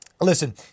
listen